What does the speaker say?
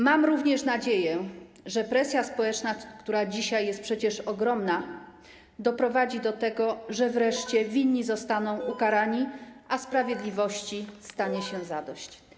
Mam również nadzieję, że presja społeczna, która dzisiaj jest przecież ogromna, doprowadzi do tego, że wreszcie winni zostaną ukarani, a sprawiedliwości stanie się zadość.